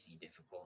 difficult